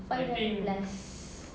five dollar plus